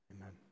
Amen